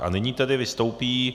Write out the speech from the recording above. A nyní tedy vystoupí...